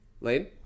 Lane